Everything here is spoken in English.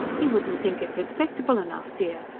he wouldn't think it respectable enough, dear.